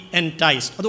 enticed